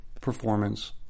performance